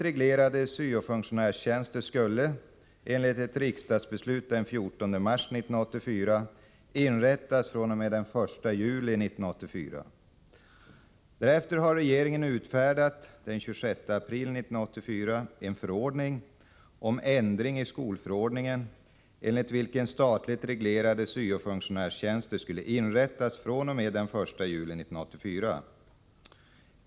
Regeringen utfärdade den 26 april 1984 en förordning om ändring i skolförordningen , enligt vilken statligt reglerade syo-funktionärstjänster skulle inrättas fr.o.m. den 1 juli 1984.